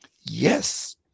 Yes